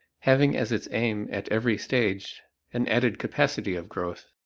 having as its aim at every stage an added capacity of growth.